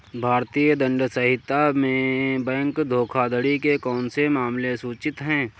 भारतीय दंड संहिता में बैंक धोखाधड़ी के कौन से मामले सूचित हैं?